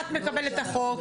את מקבלת את החוק,